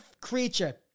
creature